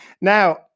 Now